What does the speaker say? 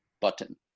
button